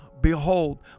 behold